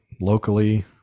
locally